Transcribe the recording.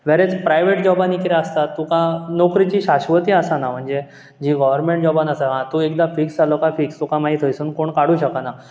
whereas private जॉबांनी कितें आसता तुका नोकरेची शास्वती आसाना म्हणजे जी गोवरमॅण्ट जॉबान आसा आं तूं एकदां फिक्स जालो काय फिक्स तुका मागीर थंयसून कोण काडूंक शकाना